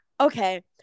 okay